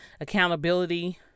accountability